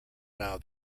now